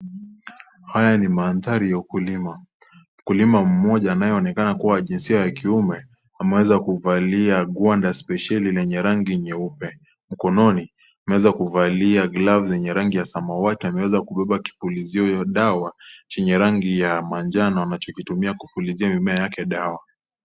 Haya ni mandhari ya ukulima. Mkulima mmoja anayeonekana kuwa wa jinsia ya kiume ameweza kuvalia gwanda spesheli lenye rangi nyeupe. Mkononi ameweza kuvalia glavu zenye rangi ya samawati ,ameweza kubeba kipulizio ya dawa chenye rangi ya manjano, anachokitumia kupulizia mimea yake dawa.